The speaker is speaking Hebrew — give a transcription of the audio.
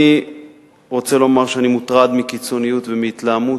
אני רוצה לומר שאני מוטרד מקיצוניות ומהתלהמות.